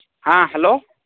ᱦᱮᱸ ᱦᱮᱞᱳ